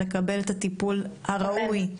לקבל את הטיפול הראוי.